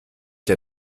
der